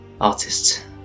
Artists